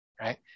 right